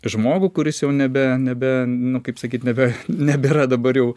žmogų kuris jau nebe nebe nu kaip sakyt nebe nebėra dabar jau